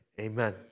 amen